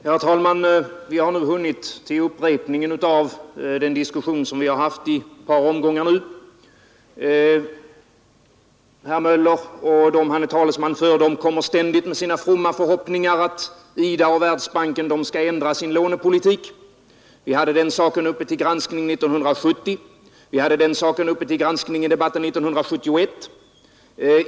Herr talman! Vi har nu hunnit fram till ett upprepande av den diskussion som vi haft ett par omgångar. Herr Möller i Gävle och de han är talesman för kommer ständigt med sina fromma förhoppningar om att IDA och Världsbanken skall ändra sin lånepolitik. Vi hade den saken uppe till granskning i debatten 1970, vi hade den uppe i debatten 1971.